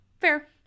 Fair